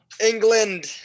England